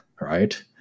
right